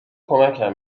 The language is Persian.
کمکم